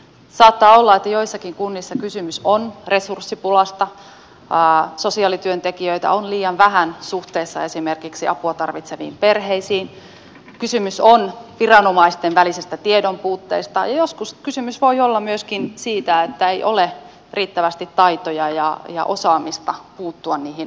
saattaa olla että joissakin kunnissa kysymys on resurssipulasta sosiaalityöntekijöitä on liian vähän suhteessa esimerkiksi apua tarvitseviin perheisiin kysymys on viranomaisten välisestä tiedonpuutteesta joskus kysymys voi olla myöskin siitä että ei ole riittävästi taitoja ja osaamista puuttua niihin asioihin